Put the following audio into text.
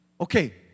Okay